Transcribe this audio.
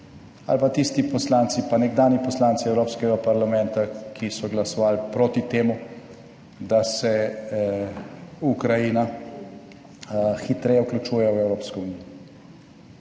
ali pa tisti poslanci, pa nekdanji poslanci Evropskega parlamenta, ki so glasovali proti temu, da se Ukrajina hitreje vključuje v Evropsko unijo.